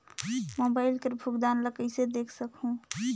Mobile कर भुगतान ला कइसे देख सकहुं?